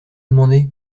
demandé